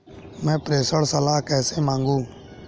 मैं प्रेषण सलाह कैसे मांगूं?